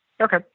Okay